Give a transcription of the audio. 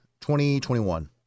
2021